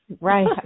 Right